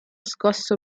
scosso